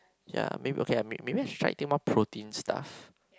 ya maybe okay may~ maybe I should try eating more protein stuff